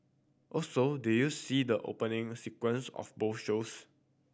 also did you see the opening sequence of both shows